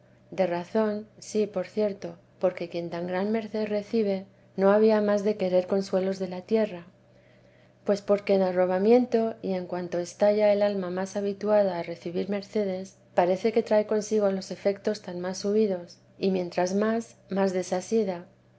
alma tan subidas como es ponerla en perfecta contemplación que de razón había de quedar perfecta del todo luego de razón sí por cierto porque quien tan gran merced recibe no había más de querer consuelos de la tierra pues porque en arrobamiento y en cuanto está ya el alma más habituada a recibir mercedes parece que trae consigo los efectos tan más subidos y mientras más más desasida